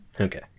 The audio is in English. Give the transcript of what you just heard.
Okay